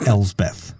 Elsbeth